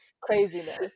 craziness